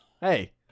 Hey